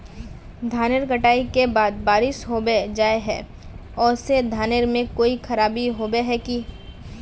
धानेर कटाई के बाद बारिश होबे जाए है ओ से धानेर में कोई खराबी होबे है की?